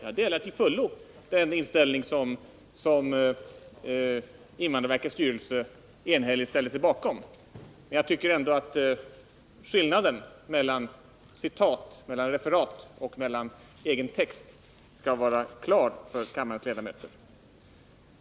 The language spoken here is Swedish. Jag delar till fullo den inställning som invandrarverkets styrelse enhälligt har ställt sig bakom. Men jag tycker ändå att skillnaden mellan citat eller referat och egen text borde vara klar för kammarens ledamöter.